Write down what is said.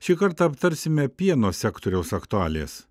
šį kartą aptarsime pieno sektoriaus aktualijas